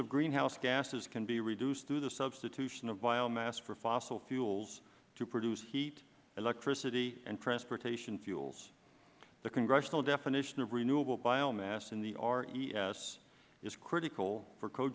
of greenhouse gases can be reduced through the substitution of biomass for fossil fuels to produce heat electricity and transportation fuels the congressional definition of renewable biomass in the res is critical for